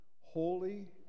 holy